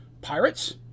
pirates